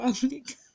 public